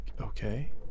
okay